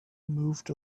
moved